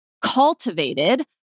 cultivated